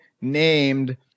named